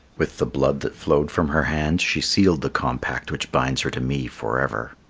with the blood that flowed from her hand she sealed the compact which binds her to me for ever.